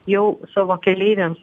jau savo keleiviams